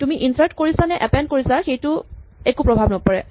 তুমি ইনচাৰ্ট কৰিছানে এপেন্ড কৰিছা সেইটোৰ একো প্ৰভাৱ নপৰে